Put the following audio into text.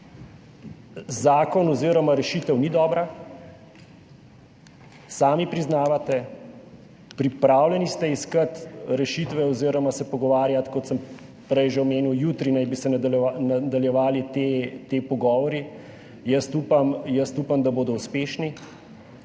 zakon oziroma rešitev ni dobra, sami priznavate. Pripravljeni ste iskati rešitve oziroma se pogovarjati, kot sem prej že omenil, jutri naj bi se nadaljevali ti pogovori. Jaz upam, da bodo uspešni.